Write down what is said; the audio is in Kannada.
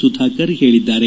ಸುಧಾಕರ್ ಹೇಳಿದ್ದಾರೆ